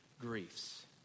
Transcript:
griefs